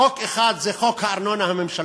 חוק אחד זה חוק הארנונה הממשלתית,